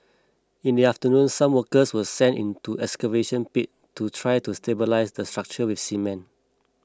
in the afternoon some workers were sent into excavation pit to try to stabilise the structure with cement